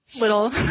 little